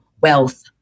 wealth